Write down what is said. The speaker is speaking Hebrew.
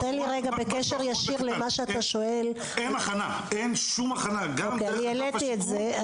בקשר ישיר למה שאתה שואל אני העליתי את זה.